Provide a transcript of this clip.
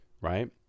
Right